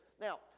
Now